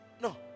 No